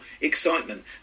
excitement